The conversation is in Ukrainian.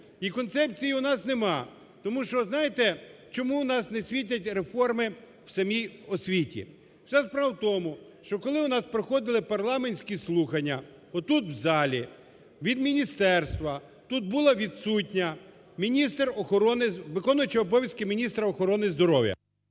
І концепції у нас немає. Тому що, знаєте, чому в нас не світять реформи в самій освіті? Це справа в тому, що коли у нас проходили парламентські слухання отут в залі, від міністерства тут була відсутня міністр охорони… виконуючий обов'язки міністра охорони здоров'я…